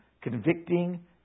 convicting